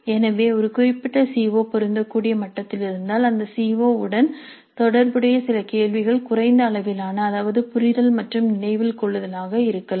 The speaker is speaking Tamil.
எனவே ஒரு குறிப்பிட்ட சி ஓ பொருந்தக்கூடிய மட்டத்தில் இருந்தால் அந்த சி ஓ உடன் தொடர்புடைய சில கேள்விகள் குறைந்த அளவிலான அதாவது புரிதல் மற்றும் நினைவில் கொள்ளுதலாக இருக்கலாம்